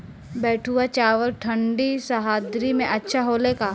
बैठुआ चावल ठंडी सह्याद्री में अच्छा होला का?